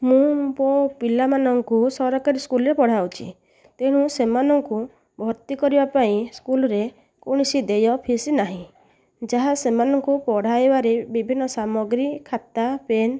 ମୁଁ ପିଲାମାନଙ୍କୁ ସରକାରୀ ସ୍କୁଲରେ ପଢ଼ାଉଛି ତେଣୁ ସେମାନଙ୍କୁ ଭର୍ତ୍ତି କରିବାପାଇଁ ସ୍କୁଲରେ କୋଣସି ଦେୟ ଫିସ ନାହିଁ ଯାହା ସେମାନଙ୍କୁ ପଢ଼ାଇବାରେ ବିଭିନ୍ନ ସାମଗ୍ରୀ ଖାତା ପେନ